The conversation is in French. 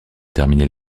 terminer